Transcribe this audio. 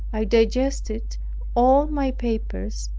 i digested all my papers,